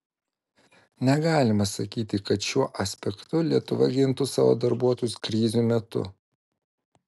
negalima sakyti kad šiuo aspektu lietuva gintų savo darbuotojus krizių metu